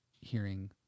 hearing